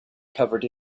covered